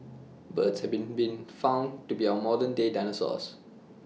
birds have been been found to be our modern day dinosaurs